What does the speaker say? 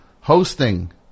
hosting